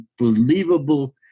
unbelievable